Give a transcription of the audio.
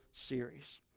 series